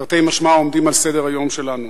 תרתי משמע, העומדים על סדר-היום שלנו: